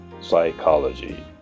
psychology